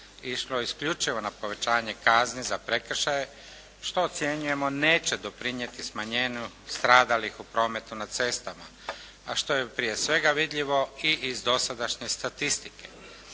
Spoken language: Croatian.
išlo isključivo na povećanje kazni za prekršaje što ocjenjujemo neće doprinijeti smanjenju stradalih u prometu na cestama, a što je prije svega vidljivo i iz dosadašnje statistike.